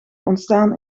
ontstaan